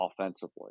offensively